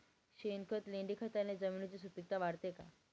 शेणखत, लेंडीखताने जमिनीची सुपिकता वाढते का?